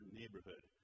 neighborhood